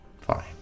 Fine